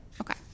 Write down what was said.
okay